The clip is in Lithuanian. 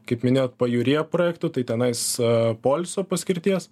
kaip minėjot pajūryje projektų tai tenais poilsio paskirties